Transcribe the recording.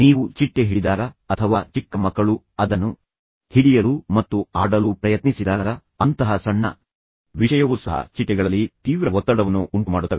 ನೀವು ಚಿಟ್ಟೆ ಹಿಡಿದಾಗ ಅಥವಾ ಚಿಕ್ಕ ಮಕ್ಕಳು ಅದನ್ನು ಹಿಡಿಯಲು ಮತ್ತು ಆಡಲು ಪ್ರಯತ್ನಿಸಿದಾಗ ಅಂತಹ ಸಣ್ಣ ವಿಷಯವೂ ಸಹ ಚಿಟ್ಟೆಗಳಲ್ಲಿ ತೀವ್ರ ಒತ್ತಡವನ್ನು ಉಂಟುಮಾಡುತ್ತವೆ